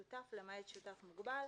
שותף למעט שותף מוגבל,